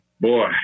Boy